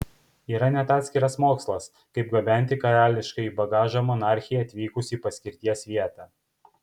yra net atskiras mokslas kaip gabenti karališkąjį bagažą monarchei atvykus į paskirties vietą